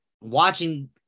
watching